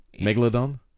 Megalodon